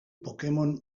pokémon